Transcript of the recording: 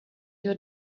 your